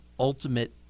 ultimate